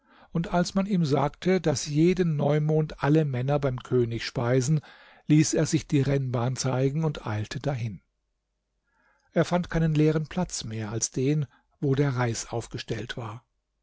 und als man ihm sagte daß jeden neumond alle männer beim könig speisen ließ er sich die rennbahn zeigen und eilte dahin er fand keinen leeren platz mehr als den wo der reis aufgestellt war